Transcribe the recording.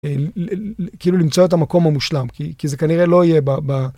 כאילו למצוא את המקום המושלם. כי זה כנראה לא יהיה ב...